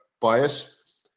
bias